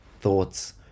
thoughts